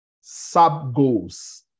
sub-goals